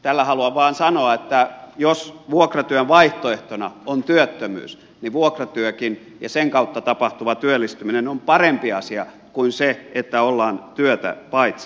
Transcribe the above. tällä haluan vain sanoa että jos vuokratyön vaihtoehtona on työttömyys niin vuokratyökin ja sen kautta tapahtuva työllistyminen on parempi asia kuin se että ollaan työtä paitsi